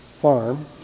farm